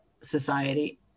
society